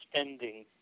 spending